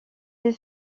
des